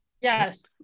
Yes